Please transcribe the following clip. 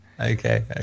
Okay